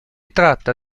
tratta